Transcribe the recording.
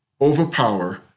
overpower